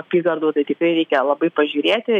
apygardų tai tikrai reikia labai pažiūrėti į